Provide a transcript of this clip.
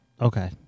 okay